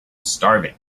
starving